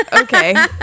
Okay